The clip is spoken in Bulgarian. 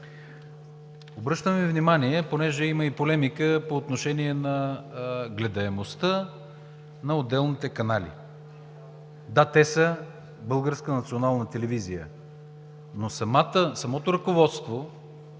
Обръщам Ви внимание, понеже има и полемика по отношение на гледаемостта на отделните канали. Да, те са Българска